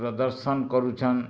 ପ୍ରଦର୍ଶନ କରୁଛନ